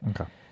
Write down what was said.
Okay